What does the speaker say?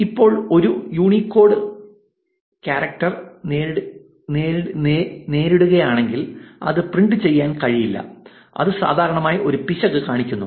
ഇപ്പോൾ ഒരു Unicode character നേരിടുകയാണെങ്കിൽ അത് പ്രിന്റ് ചെയ്യാൻ കഴിയില്ല അത് സാധാരണയായി ഒരു പിശക് നൽകുന്നു